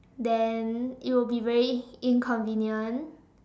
then it will be very inconvenient